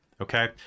okay